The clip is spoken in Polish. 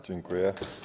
Dziękuję.